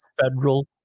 federal